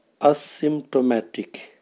asymptomatic